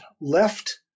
left